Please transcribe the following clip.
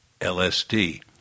LSD